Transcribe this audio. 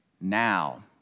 now